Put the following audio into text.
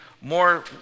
more